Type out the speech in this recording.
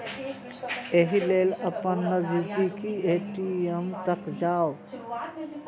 एहि लेल अपन नजदीकी ए.टी.एम तक जाउ